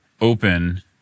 open